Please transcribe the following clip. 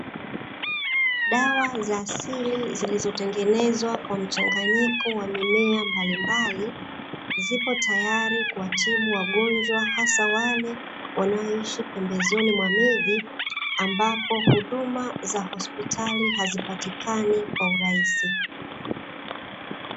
Dawa za asili zilizotengenezwa kwa mchanganyiko wa mimea mbalimbali. Zipo tayari kuwatibu wagonjwa hasa wale wanaoishi pembezoni mwa miji, ambapo huduma za hospitali hazipatikani kwa urahisi.